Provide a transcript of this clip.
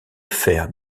faire